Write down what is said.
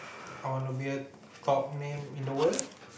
I wanna be a top name in the world